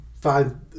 find